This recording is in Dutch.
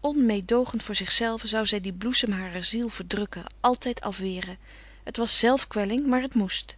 onmeêdoogend voor zichzelve zou zij dien bloesem harer ziel verdrukken altijd afweren het was zelfkwelling maar het moest